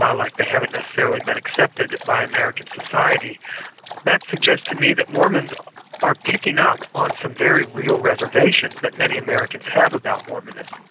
like they haven't necessarily been accepted by american society that suggests to me that mormons are picking up on some very real reservations that many americans have about mormonism.